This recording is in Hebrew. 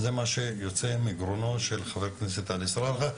זה מה שיוצא מגרונו של חבר הכנסת עלי סלאלחה,